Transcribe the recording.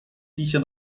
sicher